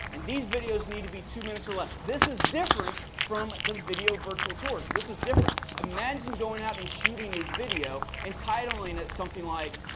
and these videos need to be two minutes or less. this is different from the video virtual tours. this is different. imagine going out and shooting a video, entitling it something like,